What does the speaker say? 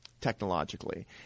technologically